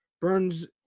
Burns